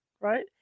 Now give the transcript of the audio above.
Right